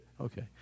Okay